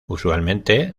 usualmente